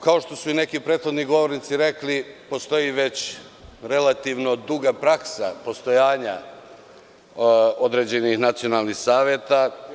Kao što su i neki prethodni govornici rekli, postoji već relativno duga praksa postojanja određenih nacionalnih saveta.